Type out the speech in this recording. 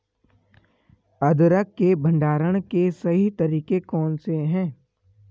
अदरक के भंडारण के सही तरीके कौन से हैं?